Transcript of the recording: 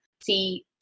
see